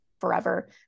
forever